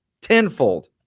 tenfold